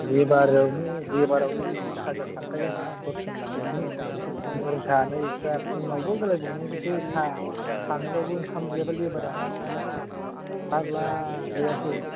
लेबारावनो बिस हाजार थांखायो आंहा दस जोन लानायावनो आरो सानै एकस्थ्रा फुंआवबो होलायबावनांगौसो साहा सानजौफुआवबो ओंखाम गैयाबा लेबारानो मोना दाना फाग्ला गोजासो